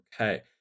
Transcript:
Okay